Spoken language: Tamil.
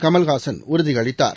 கமல்ஹாசன் உறுதியளித்தார்